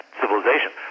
civilization